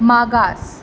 मागास